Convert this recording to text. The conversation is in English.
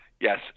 Yes